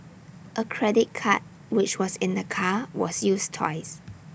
A credit card which was in the car was used twice